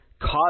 cause